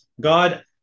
God